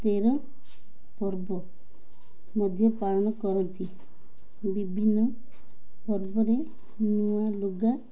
ତେର ପର୍ବ ମଧ୍ୟ ପାଳନ କରନ୍ତି ବିଭିନ୍ନ ପର୍ବରେ ନୂଆ ଲୁଗା